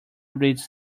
reads